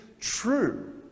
true